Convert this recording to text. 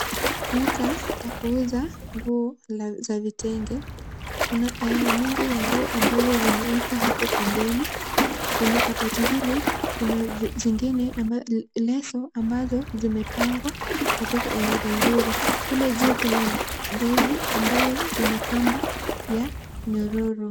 Duka la kuuza nguo za vitenge. Kuna aina mingi ya nguo amabazo zimewekwa hapo pembeni. Kwenye kabati hili kuna zingine leso amabazo zimepangwa katika orodha nzuri. Kule juu kuna beki ambayo ina kamba ya nyororo